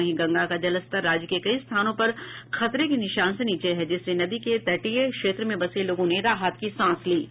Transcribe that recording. वहीं गंगा का जलस्तर राज्य के कई स्थानों पर खतरे के निशान से नीचे है जिससे नदी के तटीय क्षेत्र में बसे लोगों ने राहत की सांस ली है